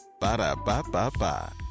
Ba-da-ba-ba-ba